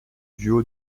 duo